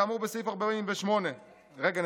כאמור בסעיף 48". רגע,